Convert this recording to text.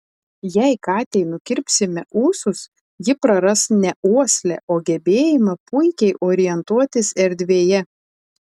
jei katei nukirpsime ūsus ji praras ne uoslę o gebėjimą puikiai orientuotis erdvėje